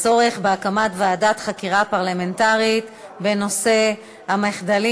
הצורך בהקמת ועדת חקירה פרלמנטרית בנושא המחדלים